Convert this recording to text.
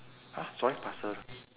!huh! sorry pasir